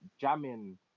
jamming